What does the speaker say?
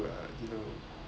uh you know